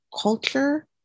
culture